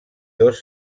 dos